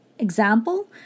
Example